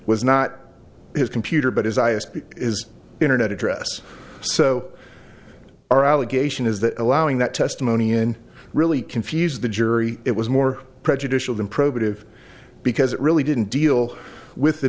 was not his computer but as i a speech is internet address so our allegation is that allowing that testimony in really confuse the jury it was more prejudicial than probative because it really didn't deal with the